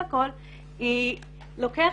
לוקח